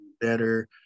better